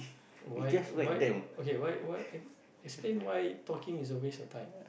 why why okay why why explain why talking is a waste of time